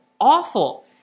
awful